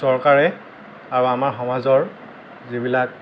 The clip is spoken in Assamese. চৰকাৰে আৰু আমাৰ সমাজৰ যিবিলাক